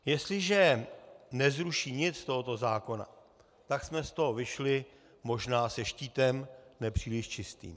Jestliže nezruší nic z tohoto zákona, tak jsme z toho vyšli možná se štítem nepříliš čistým.